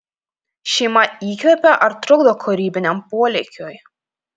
šeima įkvepia ar trukdo kūrybiniam polėkiui